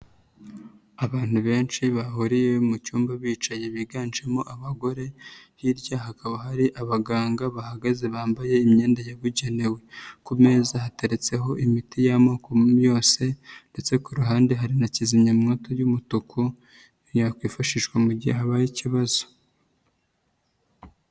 Abantu benshi bahuriye mu cyumba bicaye biganjemo abagore, hirya hakaba hari abaganga bahagaze bambaye imyenda yabugenewe, ku meza hateretseho imiti y'amoko yose ndetse ku ruhande hari na kizimyamto y'umutuku yakwifashishwa mu gihe habaye ikibazo.